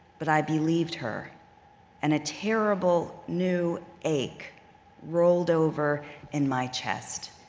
but i believed her and a terrible new ache rolled over in my chest.